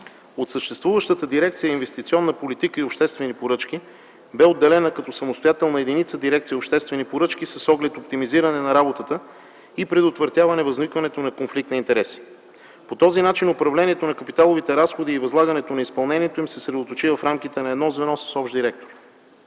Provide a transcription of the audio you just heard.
От съществуващата дирекция „Инвестиционна политика и обществени поръчки”, бе отделена като самостоятелна единица дирекция „Обществени поръчки”, с оглед оптимизиране на работата и предотвратяване възникването на конфликт на интереси. По този начин управлението на капиталовите разходи и възлагането на изпълнението им се съсредоточи в рамките на едно звено с общ директор.